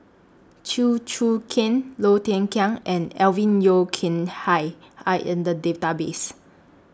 Chew Choo Keng Low Thia Khiang and Alvin Yeo Khirn Hai Are in The Database